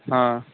हाँ